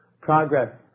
Progress